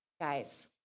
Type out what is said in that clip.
guys